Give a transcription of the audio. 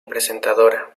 presentadora